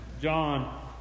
John